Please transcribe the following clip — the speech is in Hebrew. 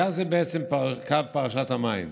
היה זה בעצם קו פרשת המים.